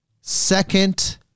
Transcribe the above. Second